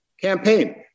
campaign